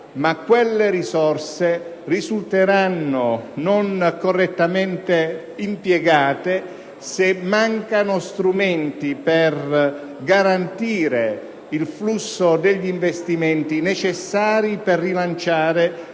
Ma quelle risorse risulteranno non correttamente impiegate se mancano strumenti per garantire il flusso degli investimenti necessari per rilanciare